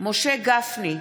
משה גפני,